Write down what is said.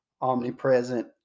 omnipresent